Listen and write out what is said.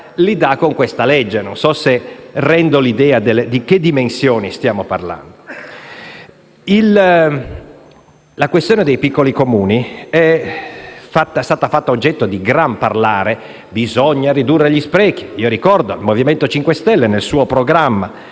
ai piccoli Comuni. Non so se rendo l'idea di quali dimensioni stiamo parlando. La questione dei piccoli Comuni è stata fatta oggetto di gran parlare: «bisogna ridurre gli sprechi!». Ricordo al Movimento 5 Stelle che nel suo programma